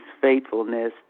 faithfulness